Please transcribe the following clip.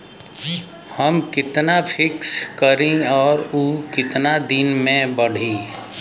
हम कितना फिक्स करी और ऊ कितना दिन में बड़ी?